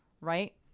right